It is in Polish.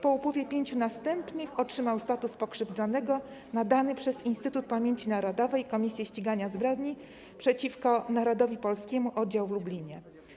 Po upływie 5 następnych lat otrzymał status pokrzywdzonego nadany przez Instytut Pamięci Narodowej, Komisję Ścigania Zbrodni przeciwko Narodowi Polskiemu Oddział w Lublinie.